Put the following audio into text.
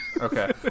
Okay